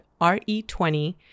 RE20